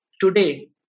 today